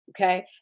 Okay